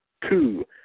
Two